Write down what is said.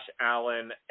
Allen